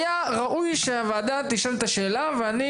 היה ראוי שהוועדה תשאל את השאלה ואני